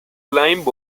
climb